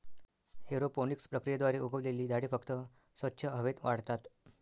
aeroponics प्रक्रियेद्वारे उगवलेली झाडे फक्त स्वच्छ हवेत वाढतात